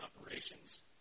operations